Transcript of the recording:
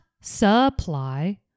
supply